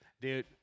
Dude